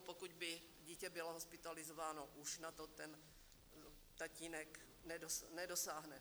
Pokud by dítě bylo hospitalizováno, už na to ten tatínek nedosáhne.